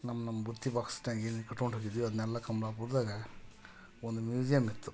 ನಮ್ಮ ನಮ್ಮ ಬುತ್ತಿ ಬಾಕ್ಸ್ನಾಗೆ ಏನೇನು ಕಟ್ಕೊಂಡು ಹೋಗಿದ್ದೀವಿ ಅದ್ನೆಲ್ಲ ಕಂಬ್ಳಾಪುರ್ದಾಗೆ ಒಂದು ಮ್ಯೂಸಿಯಮ್ ಇತ್ತು